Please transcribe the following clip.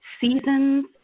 seasons